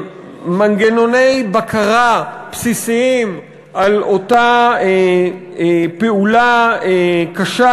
מנגנוני בקרה בסיסיים על אותה פעולה קשה